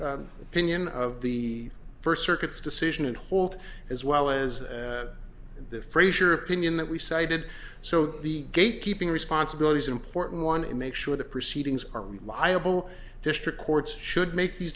opinion of the first circuit's decision and hold as well as the fraiser opinion that we cited so the gate keeping responsibilities important one and make sure the proceedings are reliable district courts should make these